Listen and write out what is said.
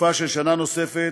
בתקופה של שנה נוספת,